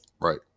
right